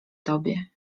tobie